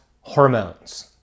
hormones